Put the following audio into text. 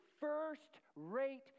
first-rate